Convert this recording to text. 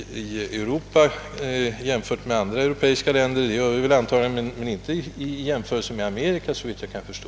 Antagligen ligger vi, som statsrådet Palme sade, före andra länder i Europa i fråga om avgasrening, men vi ligger inte före Amerika, såvitt jag kan förstå.